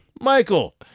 Michael